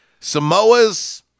Samoas